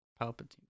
Palpatine